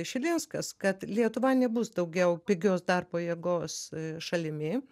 šilinskas kad lietuva nebus daugiau pigios darbo jėgos šalimi